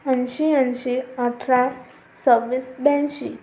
ऐंशी ऐंशी अठरा सव्वीस ब्याऐंशी